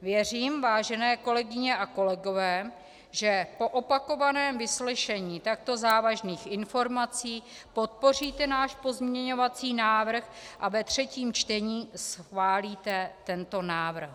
Věřím, vážené kolegyně a kolegové, že po opakovaném vyslyšení takto závažných informací podpoříte náš pozměňovací návrh a ve třetím čtení tento návrh schválíte.